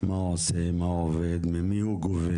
מה הוא עושה, איך הוא עובד, ממי הוא גובה,